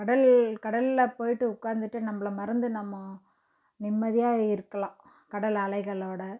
கடல் கடலில் போய்விட்டு உக்கார்ந்துட்டு நம்பளை மறந்து நம்ம நிம்மதியாக இருக்கலாம் கடல் அலைகளோடு